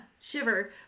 shiver